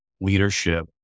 leadership